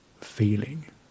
Feeling